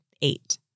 eight